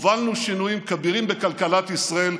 הובלנו שינויים כבירים בכלכלת ישראל,